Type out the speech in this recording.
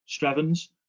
Strevens